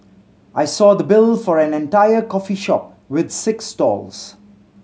I saw the bill for an entire coffee shop with six stalls